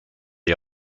est